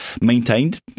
maintained